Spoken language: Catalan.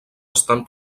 estan